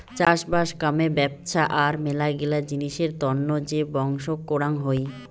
চাষবাস কামে ব্যপছা আর মেলাগিলা জিনিসের তন্ন যে বংশক করাং হই